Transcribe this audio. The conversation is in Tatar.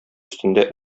өстендә